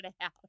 out